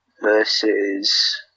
versus